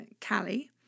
Callie